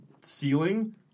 ceiling